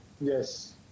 yes